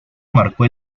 marcó